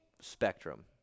spectrum